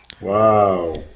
Wow